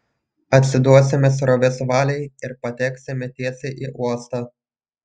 atsiduosime srovės valiai ir pateksime tiesiai į uostą